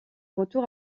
retour